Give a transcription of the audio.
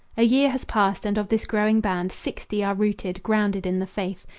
a year has passed, and of this growing band sixty are rooted, grounded in the faith,